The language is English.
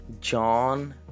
John